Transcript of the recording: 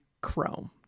chrome